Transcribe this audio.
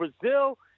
Brazil